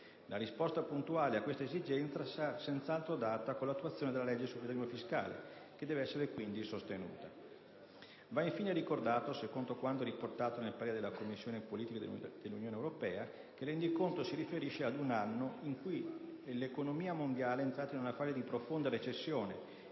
La risposta puntuale a questa esigenza sarà senz'altro data con l'attuazione della legge sul federalismo fiscale che deve essere quindi sostenuta. Va infine ricordato - secondo quanto riportato nel parere della Commissione politiche dell'Unione europea - che il rendiconto si riferisce ad un anno in cui l'economia mondiale è entrata in una fase di profonda recessione